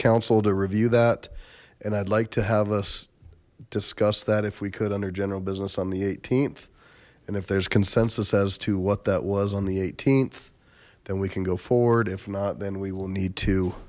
council to review that and i'd like to have us discuss that if we could under general business on the th and if there's consensus as to what that was on the th then we can go forward if not then we will need to